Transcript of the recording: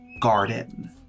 garden